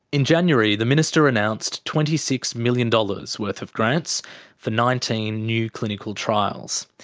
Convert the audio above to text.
in january, the minister announced twenty six million dollars worth of grants for nineteen new clinical trials.